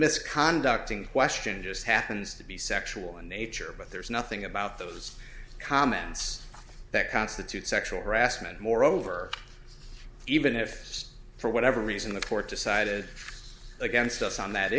misconduct in question just happens to be sexual in nature but there's nothing about those comments that constitute sexual harassment moreover even if for whatever reason the court decided against us on that